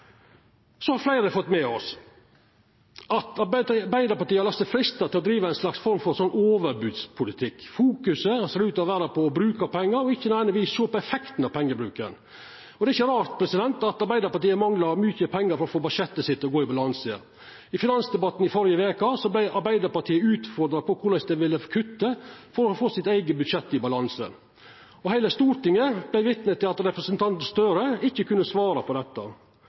Så har fleire fått med seg at Arbeidarpartiet har late seg freista til å driva ein slags overbodspolitikk. Fokuset ser ut til å vera på å bruka pengar, og ikkje nødvendigvis på å sjå effekten av pengebruken. Det er ikkje rart at Arbeidarpartiet manglar mykje pengar for å få budsjettet sitt til å gå i balanse. I finansdebatten i førre veke vart Arbeidarpartiet utfordra på korleis dei ville kutta for å få budsjettet i balanse. Heile Stortinget vart vitne til at representanten Gahr Støre ikkje kunne svara på dette.